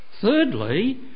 Thirdly